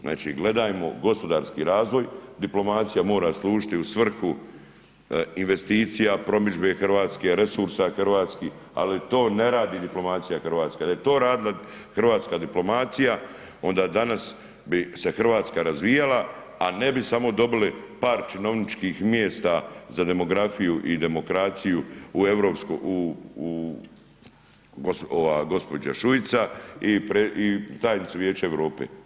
Znači gledajmo gospodarski razvoj, diplomacija mora služiti u svrhu investicija, promidžbe Hrvatske, resursa hrvatskih ali to ne radi diplomacija Hrvatske, da je to radila hrvatska diplomacija onda danas bi se Hrvatska razvijala a ne bi samo dobili par činovničkih mjesta za demografiju i demokraciju, ova gđa. Šujica i tajnica Vijeća Europe.